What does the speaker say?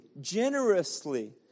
generously